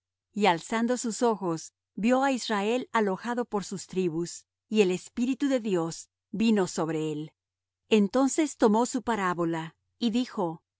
y alzando sus ojos vió á israel alojado por sus tribus y el espíritu de dios vino sobre él entonces tomó su parábola y dijo